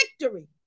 victory